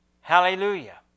Hallelujah